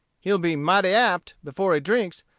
he'll be mighty apt, before he drinks,